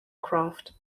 craft